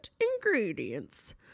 ingredients